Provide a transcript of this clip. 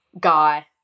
guy